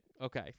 okay